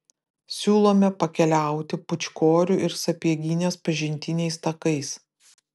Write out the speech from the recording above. siūlome pakeliauti pūčkorių ir sapieginės pažintiniais takais